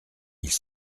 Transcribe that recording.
mille